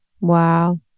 Wow